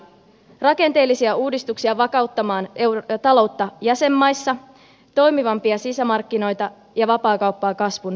rakenteellisia uudistuksia vakauttamaan taloutta jäsenmaissa toimivampia sisämarkkinoita ja vapaakauppaa kasvun löytämiseksi